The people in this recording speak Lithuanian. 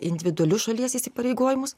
individualius šalies įsipareigojimus